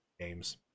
games